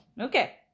Okay